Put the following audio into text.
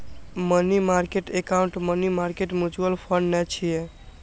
money market account money market mutual fund नै छियै